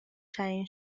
تعیین